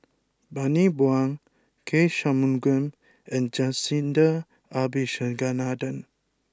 Bani Buang K Shanmugam and Jacintha Abisheganaden